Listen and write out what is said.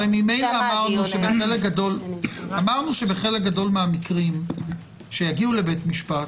הרי ממילא אמרנו שבחלק גדול מהמקרים שיגיעו לבית משפט,